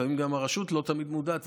לפעמים גם הרשות לא תמיד מודעת,